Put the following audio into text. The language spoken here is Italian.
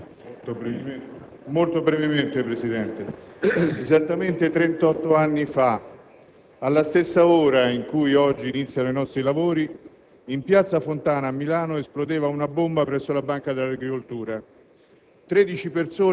molto brevemente. Esattamente 38 anni fa, alla stessa ora in cui oggi iniziano i nostri lavori, in Piazza Fontana, a Milano, esplodeva una bomba presso la Banca dell'agricoltura.